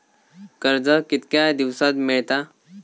कर्ज कितक्या दिवसात मेळता?